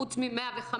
חוץ מ-105,